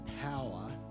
power